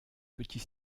petit